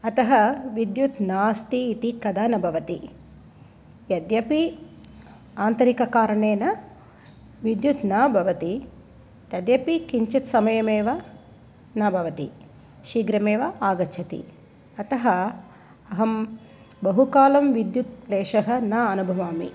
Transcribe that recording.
अतः विद्युत् नास्ति इति कदा न भवति यद्यपि आन्तरिककारणेन विद्युत् न भवति तद्यपि किञ्चित् समयमेव न भवति शीघ्रमेव आगच्छति अतः अहं बहुकालं विद्युत् क्लेशः न अनुभवामि